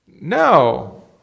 No